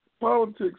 politics